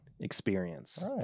experience